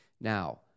Now